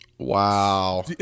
wow